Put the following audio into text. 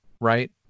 right